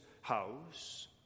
house